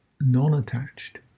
non-attached